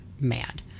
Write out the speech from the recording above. mad